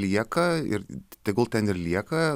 lieka ir tegul ten ir lieka